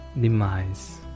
demise